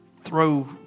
throw